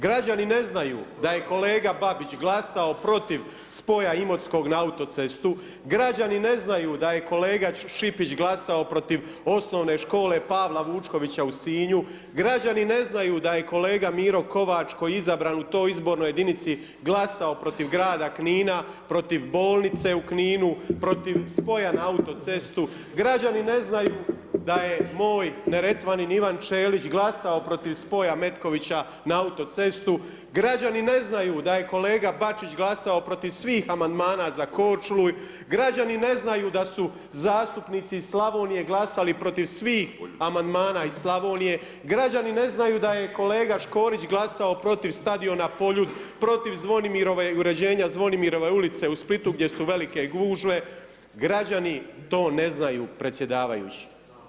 Građani ne znaju da je kolega Babić glasao protiv spoja Imotskog na autocestu, građani ne znaju da je kolega Šipić glasao protiv O.Š. Pavla Vučkovića u Sinju, građani ne znaju da je kolega Miro Kovač, koji je izabran u toj izbornoj jedinici glasao protiv grada Knina, protiv bolnice u Kninu, protiv spoja na autocestu, građani ne znaju da je moj neretvanin Ivan Ćelić glasao protiv spoja Metkovića na autocestu, građani ne znaju da je kolega Bačić glasao protiv svih amandmana za Korčulu, građani ne znaju da su zastupnici iz Slavonije glasali protiv svih amandmana iz Slavonije, građani ne znaju da je kolega Škorić glasao protiv stadiona Poljud, protiv uređenja Zvonimirove ulice u Splitu gdje su velike gužve, građani to ne znaju predsjedavajući.